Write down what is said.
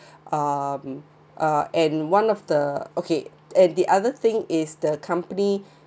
um uh and one of the okay and the other thing is the company